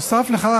נוסף על כך,